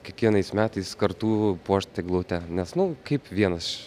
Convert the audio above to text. kiekvienais metais kartu puošti eglutę nes nu kaip vienaš